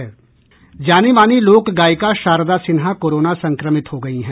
जानीमानी लोक गायिका शारदा सिन्हा कोरोना संक्रमित हो गयी हैं